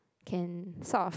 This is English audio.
can solve